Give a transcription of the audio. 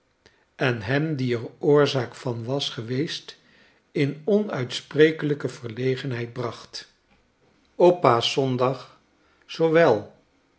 en hem die er oorzaak van was geweest in onuitsprekelijke verlegenheid bracht op paaschzondag zoowel